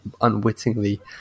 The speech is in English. unwittingly